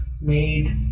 made